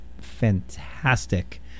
fantastic